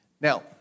Now